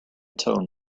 tone